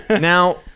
Now